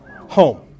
home